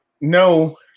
No